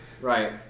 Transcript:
Right